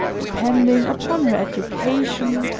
depending upon her education,